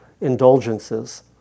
indulgences